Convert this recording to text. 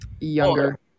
Younger